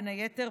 בין היתר,